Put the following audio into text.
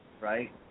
Right